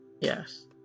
Yes